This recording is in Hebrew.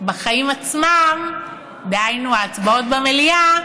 בחיים עצמם, דהיינו ההצבעות במליאה,